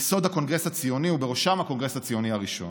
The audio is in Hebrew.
ייסוד הקונגרס הציוני ובראשם הקונגרס הציוני הראשון.